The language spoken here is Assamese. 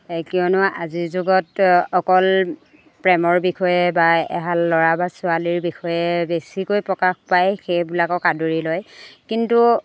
কিয়নো আজিৰ যুগত অকল প্ৰেমৰ বিষয়ে বা এহাল ল'ৰা বা ছোৱালীৰ বিষয়ে বেছিকৈ প্ৰকাশ পায় সেইবিলাকক আদৰি লয় কিন্তু